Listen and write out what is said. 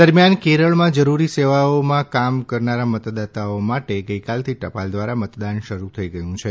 દરમિયાન કેરળમાં જરૂરી સેવાઓમાં કામ કરનારા મતદાતાઓ માટે ગઈકાલથી ટપાલ દ્વારા મતદાન શરૂ થઈ ગયું છે